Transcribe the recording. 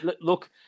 look